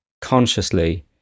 consciously